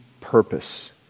purpose